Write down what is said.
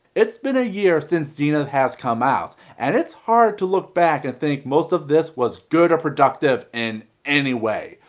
it's been a year since zenith has come out and it's hard to look back and think most of this was good or productive in any way.